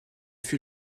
fut